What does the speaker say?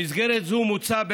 במסגרת זו מוצע,